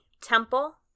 Temple